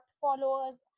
followers